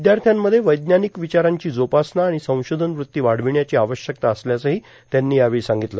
विद्याथ्र्यांमध्ये वैज्ञानिक विचारांची जोपासना आणि संशोधन वृत्ती वाढविण्याची आवश्यकता असल्याचंही त्यांनी सांगितलं